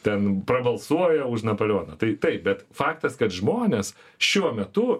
ten prabalsuoja už napoleoną tai taip bet faktas kad žmonės šiuo metu